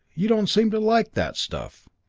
you don't seem to like that stuff.